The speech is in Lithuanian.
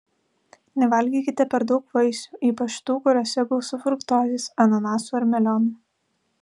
nevalgykite per daug vaisių ypač tų kuriuose gausu fruktozės ananasų ar melionų